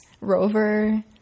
rover